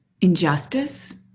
injustice